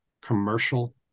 commercial